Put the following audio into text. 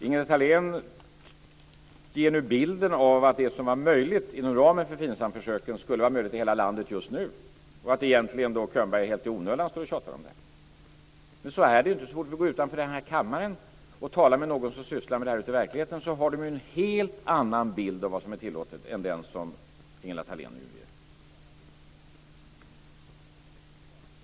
Ingela Thalén ger nu bilden av att det som var möjligt inom ramen för FINSAM-försöken skulle vara möjligt i hela landet just nu och att Bo Könberg egentligen helt i onödan står och tjatar om detta. Men så är det ju inte. Så fort vi går utanför denna kammare och talar med någon som sysslar med detta ute i verkligheten så har de en helt annan bild av vad som är tillåtet än den som Ingela Thalén nu ger.